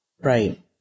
Right